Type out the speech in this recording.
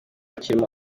kirimo